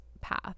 path